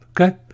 Okay